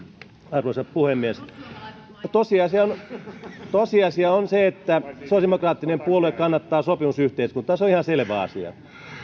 arvoisa puhemies tosiasia on se että sosiaalidemokraattinen puolue kannattaa sopimusyhteiskuntaa se on ihan selvä asia